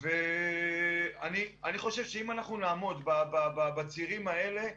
אני חושב שאם נעמוד בצירים האלה,